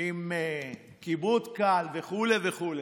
עם כיבוד קל וכו' וכו'.